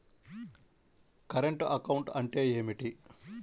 Current account అంటే ఏమిటి?